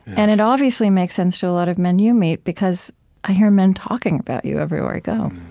and it obviously makes sense to a lot of men you meet because i hear men talking about you everywhere i go